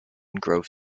grove